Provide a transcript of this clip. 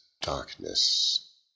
darkness